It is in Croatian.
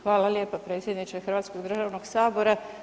Hvala lijepa, predsjedniče Hrvatskog državnog sabora.